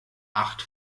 acht